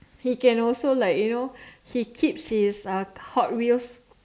he can also like you know he keeps his uh hot wheels